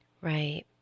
Right